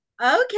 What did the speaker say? Okay